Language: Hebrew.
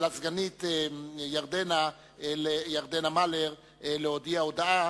לסגנית ירדנה מלר להודיע הודעה,